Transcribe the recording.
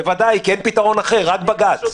בוודאי, כי אין פתרון אחר, רק בג"ץ.